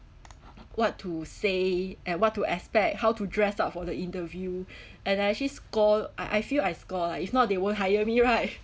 what to say and what to expect how to dress up for the interview and I actually score I I feel I score lah if not they won't hire me right